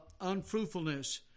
unfruitfulness